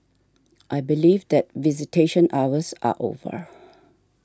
I believe that visitation hours are over